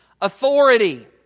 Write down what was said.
authority